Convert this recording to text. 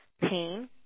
pain